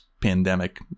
pandemic